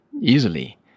easily